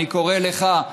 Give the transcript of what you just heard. אני קורא לך,